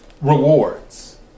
rewards